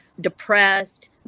depressed